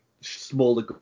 smaller